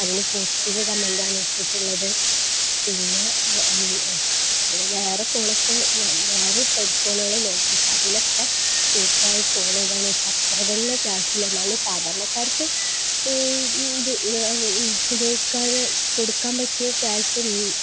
അതിന് പോസിറ്റീവ് കമെന്റാണ് ഇട്ടിട്ടുള്ളത് പിന്നെയതു വേറെ ഫോണൊക്കെ ഞാൻ വേറെ ഹെഡ്ഫോണുകള് നോക്കി പക്ഷെ അതിലൊക്കെ സൂപ്പറായ ഫോണിതാണ് പക്ഷെ അത്ര തന്നെ ക്യാഷില്ല എന്നാലും സാധാരണക്കാർക്ക് ഉപയോഗിക്കാന് കൊടുക്കാൻ പറ്റിയ ക്യാഷ്